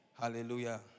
hallelujah